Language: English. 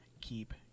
keep